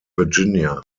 virginia